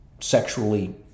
sexually